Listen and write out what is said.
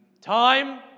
Time